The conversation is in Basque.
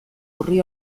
orri